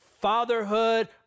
fatherhood